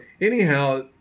anyhow